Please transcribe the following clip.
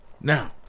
Now